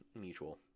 mutual